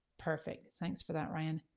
perfect, thanks for that ryan.